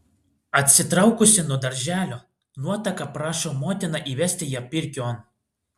atsitraukusi nuo darželio nuotaka prašo motiną įvesti ją pirkion